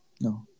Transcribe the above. No